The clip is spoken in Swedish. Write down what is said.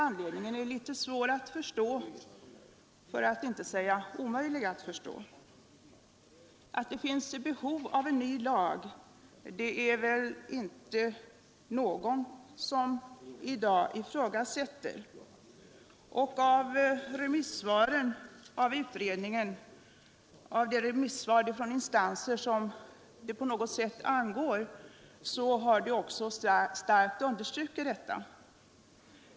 Anledningen härtill är svår för att inte säga omöjlig att förstå. Att det finns behov av en ny lag är det väl inte någon som i dag ifrågasätter. I remissvaren från de instanser som det på något sätt angår har detta också mycket starkt understrukits.